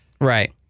Right